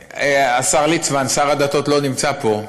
השר ליצמן, שר הדתות לא נמצא פה,